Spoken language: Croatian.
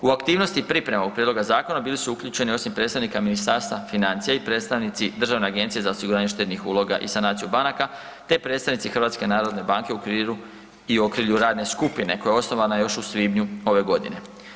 U aktivnosti priprema ovog prijedloga zakona bili su uključeni osim predstavnika Ministarstva financija i predstavnici Državne agencije za osiguranje štednih uloga i sanaciju banaka te predstavnici HNB-a u okrilju radne skupine koja je osnovana još u svibnju ove godine.